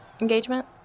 engagement